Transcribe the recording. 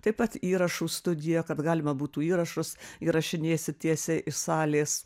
taip pat įrašų studija kad galima būtų įrašus įrašinėsi tiesiai iš salės